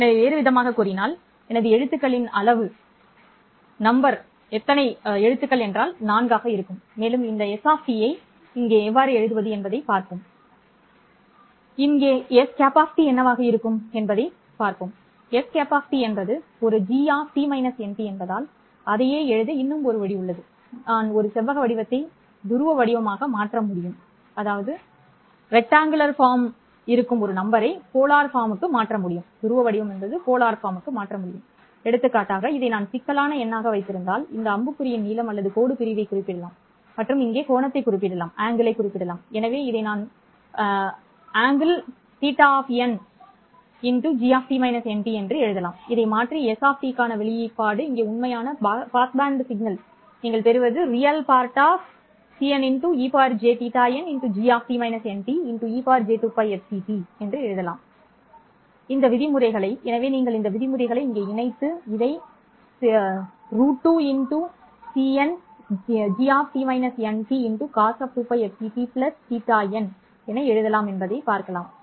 எனவே வேறுவிதமாகக் கூறினால் எனது எழுத்துக்களின் அளவு 4 ஆகும் மேலும் இந்த s ஐ இங்கே எழுதுவோம் இங்கே s̄ என்னவாக இருக்கும் என்பதை முடிப்போம் s̄ என்பது ஒரு g என்பதால் அதையே எழுத இன்னும் ஒரு வழி உள்ளது நான் ஒரு செவ்வக வடிவத்தை துருவ வடிவமாக மாற்ற முடியும் எடுத்துக்காட்டாக இதை நான் சிக்கலான எண்ணாக வைத்திருந்தால் இந்த அம்புக்குறியின் நீளம் அல்லது கோடு பிரிவைக் குறிப்பிடலாம் மற்றும் இங்கே கோணத்தைக் குறிப்பிடலாம் எனவே இதை நான் cnejθn g என்று எழுதலாம் இதை மாற்றி s க்கான வெளிப்பாடு இங்கே உண்மையான பாஸ் பேண்ட் சமிக்ஞை நீங்கள் பெறுவது Re2 Re cnejθn g ej2πfct எனவே நீங்கள் இந்த விதிமுறைகளை இங்கே இணைத்து இதை c2cn g cos2πfct asn என எழுதலாம் என்பதைக் காணலாம்